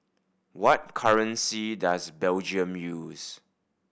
what currency does Belgium use